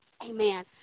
amen